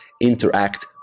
interact